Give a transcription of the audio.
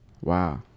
Wow